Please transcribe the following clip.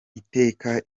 iteka